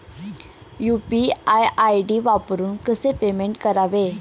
UPI ID वापरून कसे payment करावे?